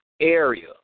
area